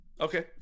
Okay